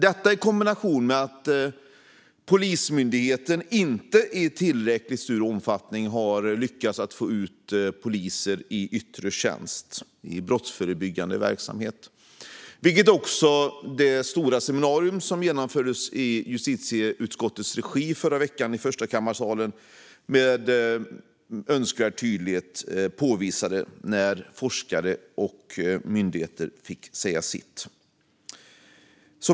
Detta sker i kombination med att Polismyndigheten inte i tillräckligt stor omfattning har lyckats få ut poliser i yttre tjänst i brottsförebyggande verksamhet, vilket också det stora seminarium som genomfördes i justitieutskottets regi i förstakammarsalen i förra veckan med all önskvärd tydlighet visade när forskare och representanter för myndigheter fick säga sitt.